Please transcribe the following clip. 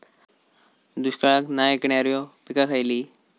दुष्काळाक नाय ऐकणार्यो पीका खयली?